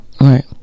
Right